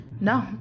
no